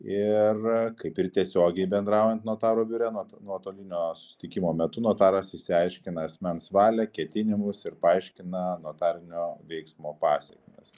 ir kaip ir tiesiogiai bendraujant notarų biure nuo nuotolinio susitikimo metu notaras išsiaiškina asmens valią ketinimus ir paaiškina notarinio veiksmo pasekmes